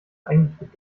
eigentlich